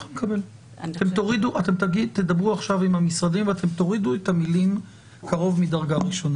אתם תדברו עכשיו עם המשרדים ואתם תורידו את המילים "קרוב מדרגה ראשונה".